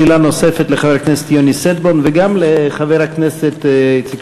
שאלה נוספת לחבר הכנסת יוני שטבון,